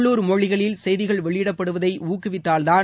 உள்ளுர் மொழிகளில் செய்திகள் வெளியிடப்படுவதை ஊக்குவித்தால்தான்